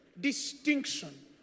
distinction